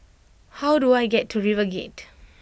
how do I get to RiverGate